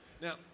Now